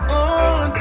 on